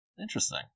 Interesting